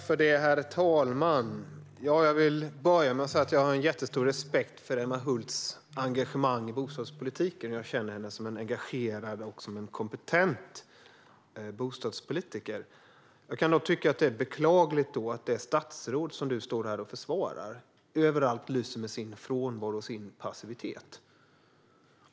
Herr talman! Jag vill börja med att säga att jag har jättestor respekt för Emma Hults engagemang i bostadspolitiken. Jag känner henne som en engagerad och kompetent bostadspolitiker. Jag kan dock tycka att det är beklagligt att det statsråd som du står här och försvarar överallt lyser med sin frånvaro och sin passivitet.